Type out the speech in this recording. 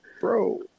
Bro